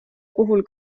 puhul